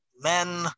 men